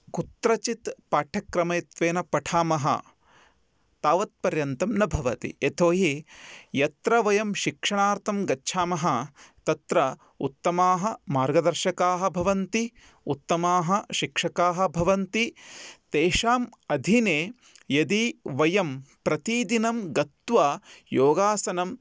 कुत्रचित् पाठ्यक्रमत्वेन पठामः तावत्पर्यन्तं न भवति यतो हि यत्र वयं शिक्षणार्थं गच्छामः तत्र उत्तमाः मार्गदर्शकाः भवन्ति उत्तमाः शिक्षकाः भवन्ति तेषाम् अधीने यदि वयं प्रतिदिनं गत्वा